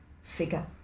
figure